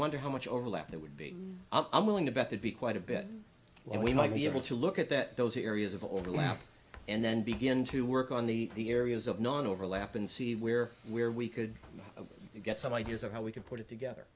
wonder how much overlap there would be i'm willing to bet they'd be quite a bit and we might be able to look at that those areas of overlap and then begin to work on the areas of non overlap and see where where we could get some ideas of how we can put it together